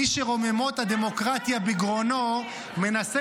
מי שרוממות הדמוקרטיה בגרונו מנסה